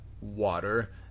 water